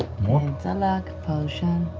it's a luck potion.